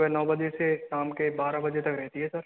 सुबह नौ बजे से शाम के बारह बजे तक रहती है सर